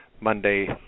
Monday